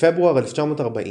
בפברואר 1940,